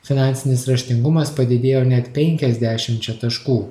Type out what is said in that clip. finansinis raštingumas padidėjo net penkiasdešimčia taškų